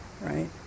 right